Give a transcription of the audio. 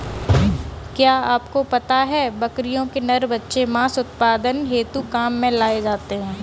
क्या आपको पता है बकरियों के नर बच्चे मांस उत्पादन हेतु काम में लाए जाते है?